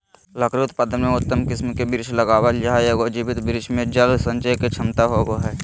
लकड़ी उत्पादन में उत्तम किस्म के वृक्ष लगावल जा हई, एगो जीवित वृक्ष मे जल संचय के क्षमता होवअ हई